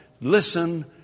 Listen